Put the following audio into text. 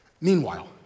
Meanwhile